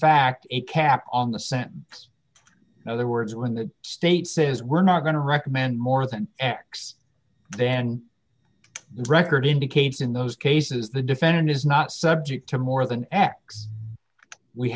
fact a cap on the sentence it's other words when the state says we're not going to recommend more than x then the record indicates in those cases the defendant is not subject to more than x we